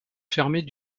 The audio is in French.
fermées